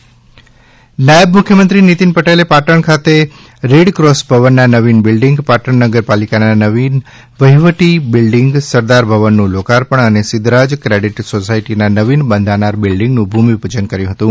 પાટણ નિતિન પટેલ નાયબ મુખ્યમંત્રી શ્રી નીતિન પટેલે પાટણ ખાતે રેડક્રોસ ભવનના નવીન બિલ્ડીંગ પાટણ નગરપાલિકાના નવીન વહીવટી બિલ્ડીંગ સરદાર ભવનનું લોકાર્પણ અને સિદ્ધરાજ ક્રેડિટ સોસાયટીના નવીન બંધાનાર બિલ્ડીંગનું ભૂમિપૂજન કર્યું હતું